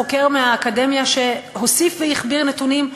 חוקר מהאקדמיה שהוסיף והכביר נתונים.